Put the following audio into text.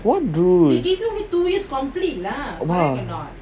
what rules !wah!